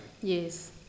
Yes